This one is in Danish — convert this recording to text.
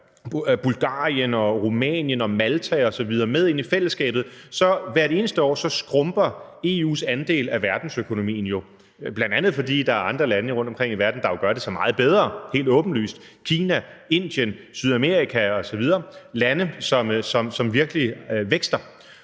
Bulgarien, Rumænien og Malta osv. med ind i fællesskabet, skrumper EU's andel af verdensøkonomien jo hvert eneste år, bl.a. fordi der er andre lande rundtomkring i verden, der helt åbenlyst gør det så meget bedre – Kina, Indien, Sydamerika osv. – lande, som virkelig vækster,